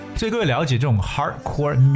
所以各位了解这种hardcore